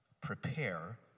Prepare